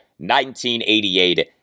1988